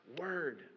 word